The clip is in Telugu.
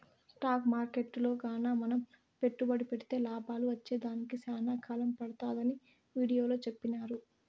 స్టాకు మార్కెట్టులో గాన మనం పెట్టుబడి పెడితే లాభాలు వచ్చేదానికి సేనా కాలం పడతాదని వీడియోలో సెప్పినారు